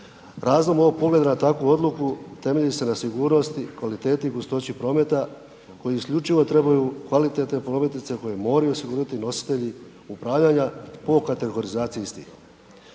Razlog ovog pogleda na takvu odluku temelji se na sigurnosti, kvaliteti i gustoći prometa koji isključivo trebaju kvalitetne prometnice koji moraju osigurati nositelji upravljanja po kategorizaciji istih.